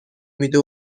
میده